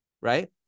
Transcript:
right